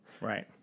Right